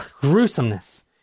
gruesomeness